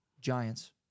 Giants